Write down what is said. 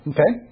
Okay